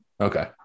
Okay